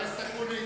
חבר הכנסת אקוניס.